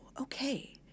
okay